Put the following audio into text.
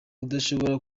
udashobora